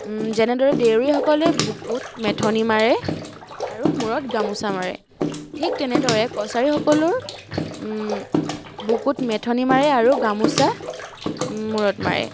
যেনেদৰে দেউৰীসকলে বুকুত মেথনি মাৰে আৰু মূৰত গামোচা মাৰে ঠিক তেনেদৰে কছাৰীসকলৰ বুকুত মেথনি মাৰে আৰু গামোচা মূৰত মাৰে